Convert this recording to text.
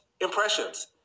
impressions